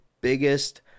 biggest